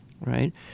Right